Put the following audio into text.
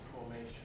formation